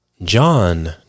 John